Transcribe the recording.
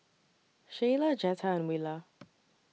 Shayla Jetta and Willa